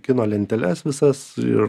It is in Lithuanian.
kino lenteles visas ir